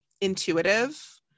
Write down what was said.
intuitive